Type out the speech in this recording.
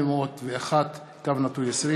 פ/2801/20,